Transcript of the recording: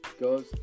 goes